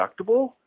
deductible